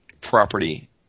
property